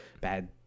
bad